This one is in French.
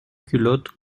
culotte